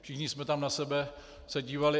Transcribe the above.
Všichni jsme se tam na sebe dívali.